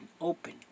open